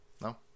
No